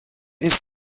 ist